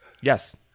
Yes